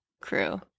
crew